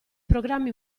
programmi